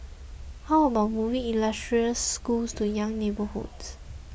how about moving illustrious schools to young neighbourhoods